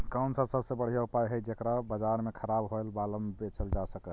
कौन सा सबसे बढ़िया उपाय हई जेकरा से बाजार में खराब होअल माल बेचल जा सक हई?